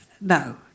no